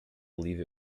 believe